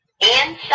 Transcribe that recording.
inside